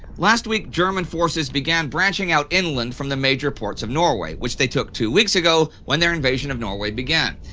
last week german forces began branching out inland from the major ports of norway, which they took two weeks ago when their invasion of norway began.